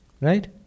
Right